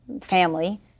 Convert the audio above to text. family